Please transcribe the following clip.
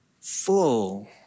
full